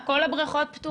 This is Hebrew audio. כל הבריכות פתוחות.